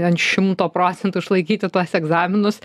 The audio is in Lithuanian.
ant šimto procentų išlaikyti tuos egzaminus